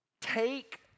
Take